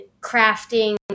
crafting